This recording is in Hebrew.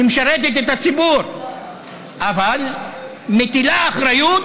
שמשרתת את הציבור אבל מטילה אחריות